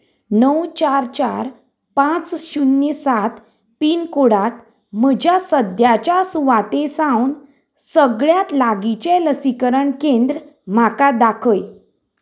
णव चार चार पांच शुन्य सात पीनकोडांत म्हज्या सद्याच्या सुवाते सावन सगळ्यांत लागींचें लसीकरण केंद्र म्हाका दाखय